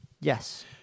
Yes